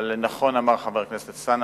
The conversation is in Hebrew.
נכון אמר חבר הכנסת אלסאנע,